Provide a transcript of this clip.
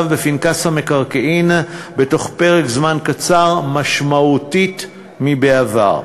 בפנקס המקרקעין בתוך פרק זמן קצר משמעותית מבעבר.